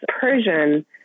Persian